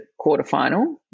quarterfinal